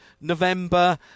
November